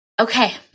Okay